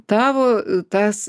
tavo tas